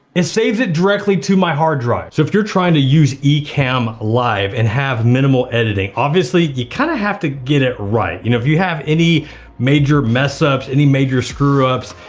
it saves it directly to my hard drive. so if you're trying to use ecamm live and have minimal editing, obviously you kinda have to get it right. y'know, you know if you have any major mess ups, any major screw ups,